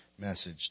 message